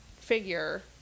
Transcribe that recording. figure